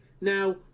Now